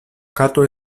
kato